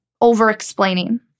over-explaining